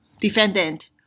defendant